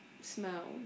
smell